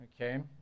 Okay